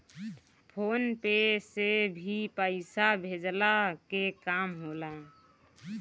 phone पे से भी पईसा भेजला के काम होला